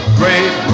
great